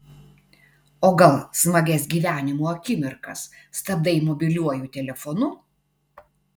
o gal smagias gyvenimo akimirkas stabdai mobiliuoju telefonu